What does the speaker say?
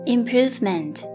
Improvement